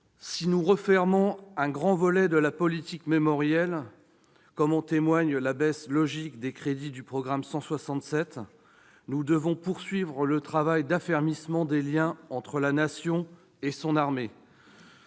Si nous refermons un grand volet de la politique mémorielle, comme en témoigne la baisse, logique, des crédits du programme 167, nous devons poursuivre le travail d'affermissement des liens entre la Nation et son armée,